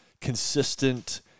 consistent